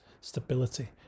stability